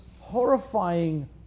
horrifying